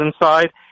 inside